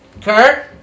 Kurt